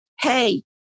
hey